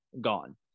gone